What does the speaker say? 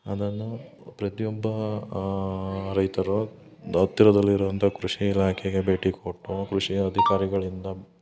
ಅದನ್ನು ಪ್ರತಿಯೊಬ್ಬ ರೈತರು ಒಂದು ಹತ್ತಿರದಲ್ಲಿರುವಂಥ ಕೃಷಿ ಇಲಾಖೆಗೆ ಭೇಟಿ ಕೊಟ್ಟು ಕೃಷಿ ಅಧಿಕಾರಿಗಳಿಂದ